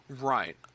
Right